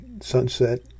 sunset